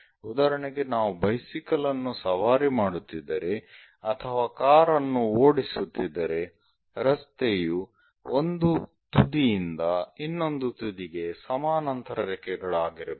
ಉದಾಹರಣೆಗೆ ನಾವು ಬೈಸಿಕಲ್ ಅನ್ನು ಸವಾರಿ ಮಾಡುತ್ತಿದ್ದರೆ ಅಥವಾ ಕಾರ್ ಅನ್ನು ಓಡಿಸುತ್ತಿದ್ದರೆ ರಸ್ತೆಯು ಒಂದು ತುದಿಯಿಂದ ಇನ್ನೊಂದು ತುದಿಗೆ ಸಮಾನಾಂತರ ರೇಖೆಗಳಾಗಿರಬೇಕು